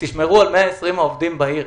תשמרו על 120 העובדים בעיר.